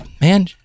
man